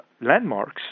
landmarks